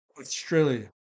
australia